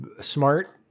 smart